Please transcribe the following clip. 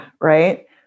Right